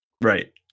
Right